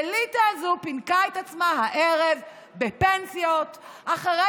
האליטה הזו פינקה את עצמה הערב בפנסיות אחרי